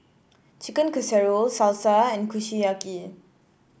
Chicken Casserole Salsa and Kushiyaki